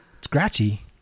scratchy